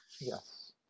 yes